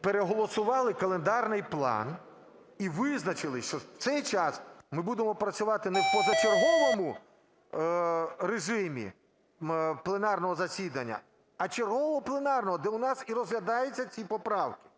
переголосували календарний план і визначились, що в цей час ми будемо працювати не в позачерговому режимі пленарного засідання, а чергового пленарного, де у нас і розглядаються ці поправки.